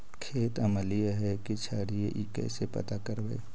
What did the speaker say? खेत अमलिए है कि क्षारिए इ कैसे पता करबै?